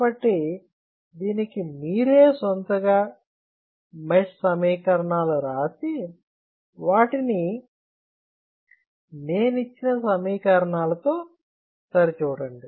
కాబట్టి దీనికి మీరే సొంతంగా మెష్ సమీకరణాలు రాసి వాటిని నేను ఇచ్చిన సమీకరణాలతో సరి చూడండి